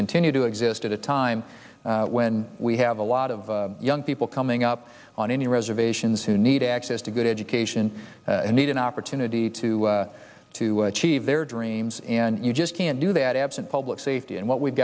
continue to exist at a time when we have a lot of young people coming up on any reservations who need access to good education need an opportunity to to achieve their dreams and you just can't do that absent public safety and what we've